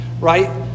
right